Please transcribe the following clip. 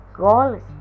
Goals